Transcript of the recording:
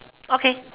okay